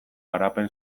garapen